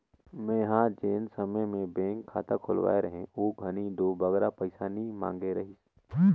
मेंहा जेन समे में बेंक खाता खोलवाए रहें ओ घनी दो बगरा पइसा नी मांगे रहिस